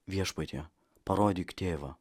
viešpatie parodyk tėvą